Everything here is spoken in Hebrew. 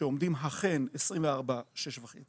שעומדים 24/6.5